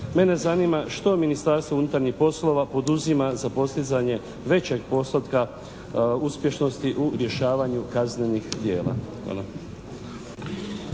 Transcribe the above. Mene zanima što Ministarstvo unutarnjih poslova poduzima za postizanje većeg postotka uspješnosti u rješavanju kaznenih djela.